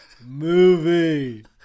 movie